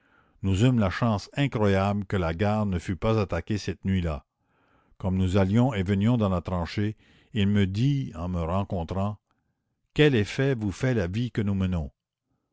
nous eûmes la chance incroyable que la gare ne fut pas attaquée cette nuit-là comme nous allions et venions dans la tranchée il me dit en me rencontrant quel effet vous fait la vie que nous menons